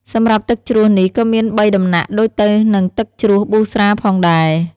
សម្រាប់ទឹកជ្រោះនេះក៏មានបីដំណាក់ដូចទៅនិងទឹកជ្រោះប៊ូស្រាផងដែរ។